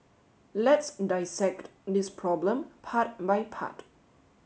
let's dissect this problem part by part